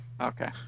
Okay